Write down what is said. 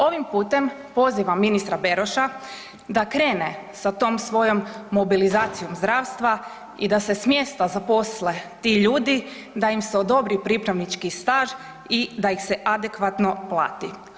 Ovim putem pozivam ministra Beroša da krene sa tom svojom mobilizacijom zdravstva i da se smjesta zaposle ti ljudi da im se odobri pripravnički staž i da ih se adekvatno plati.